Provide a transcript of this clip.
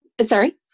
Sorry